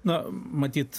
na matyt